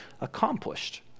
accomplished